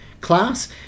class